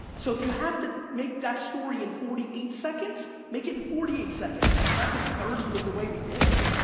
so, if you have to make that story in forty eight seconds, make it in forty eight seconds. not cause thirty was the way we did it.